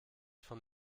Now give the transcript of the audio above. von